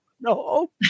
No